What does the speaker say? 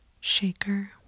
shaker